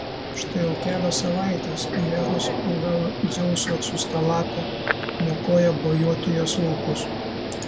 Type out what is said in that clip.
štai jau kelios savaitės heros o gal dzeuso atsiųsta lapė niokoja bojotijos laukus